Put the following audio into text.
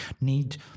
need